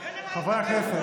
חברי הכנסת.